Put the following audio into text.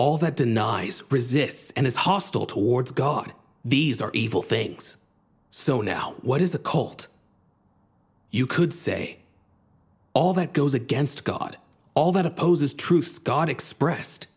all that denies resists and is hostile towards god these are evil things so now what is the cold you could say all that goes against god all that opposes truth god expressed